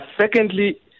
secondly